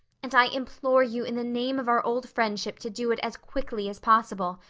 and i implore you in the name of our old friendship to do it as quickly as possible.